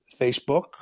Facebook